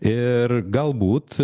ir galbūt